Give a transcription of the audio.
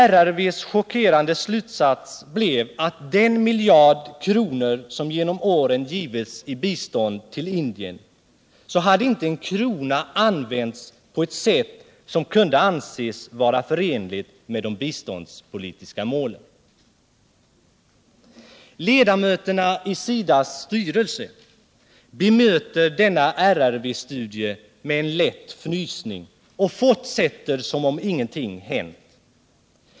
RRV:s chockerande slutsats blev att av den miljard kronor som genom åren givits i bistånd till Indien hade inte en krona använts på ett sätt som kunde anses vara förenligt med de biståndspolitiska målen. Ledamöterna i SIDA:s styrelse bemöter denna RRV-studie med en lätt fnysning och fortsätter som om ingenting hänt.